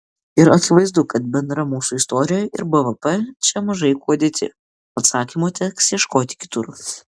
ir akivaizdu kad bendra mūsų istorija ir bvp čia mažai kuo dėti atsakymo teks ieškoti kitur